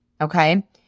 okay